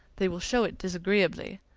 they will show it disagreeably.